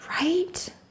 Right